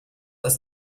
dass